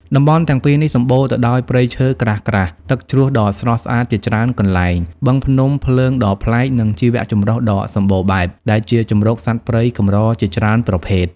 តំបន់ទាំងពីរនេះសម្បូរទៅដោយព្រៃឈើក្រាស់ៗ ទឹកជ្រោះដ៏ស្រស់ស្អាតជាច្រើនកន្លែង បឹងភ្នំភ្លើងដ៏ប្លែក និងជីវចម្រុះដ៏សម្បូរបែប ដែលជាជម្រកសត្វព្រៃកម្រជាច្រើនប្រភេទ។